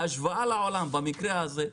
ההשוואה לעולם במקרה הזה,